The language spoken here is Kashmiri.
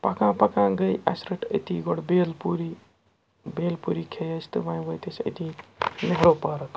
پَکان پَکان گٔے اَسہِ رٔٹ أتی گۄڈٕ بیل پوٗری بیل پوٗری کھے اَسہِ تہٕ وۄنۍ وٲتۍ أسۍ أتی نہروٗ پارَک